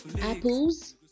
apples